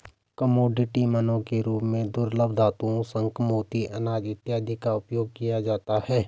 commodity money के रूप में दुर्लभ धातुओं शंख मोती अनाज इत्यादि का उपयोग किया जाता है